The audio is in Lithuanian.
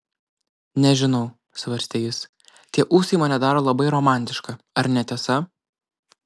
nežinau svarstė jis tie ūsai mane daro labai romantišką ar ne tiesa